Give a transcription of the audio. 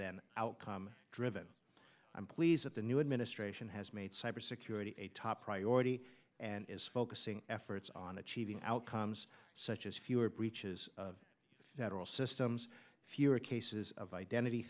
than outcome driven i'm pleased that the new administration has made cyber security a top priority and is focusing efforts on achieving outcomes such as fewer breaches of federal systems fewer cases of identity